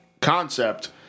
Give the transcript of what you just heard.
concept